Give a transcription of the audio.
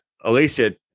Alicia